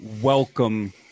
Welcome